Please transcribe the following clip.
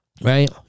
Right